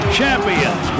champions